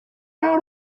out